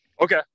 Okay